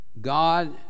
God